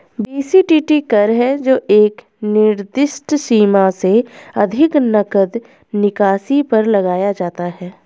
BCTT कर है जो एक निर्दिष्ट सीमा से अधिक नकद निकासी पर लगाया जाता है